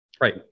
Right